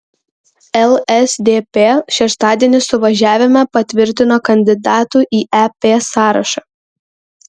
lsdp šeštadienį suvažiavime patvirtino kandidatų į ep sąrašą